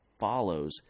follows